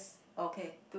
okay